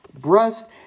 breast